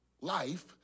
life